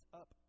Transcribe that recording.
up